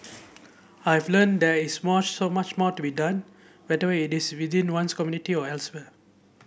I've learnt that is more so much more to be done whether it is within one's community or elsewhere